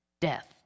death